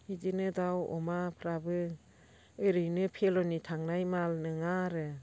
बिदिनो दाउ अमाफ्राबो ओरैनो फेल'नि थांनाय माल नङा आरो